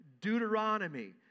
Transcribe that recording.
Deuteronomy